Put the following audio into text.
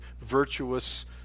virtuous